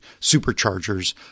superchargers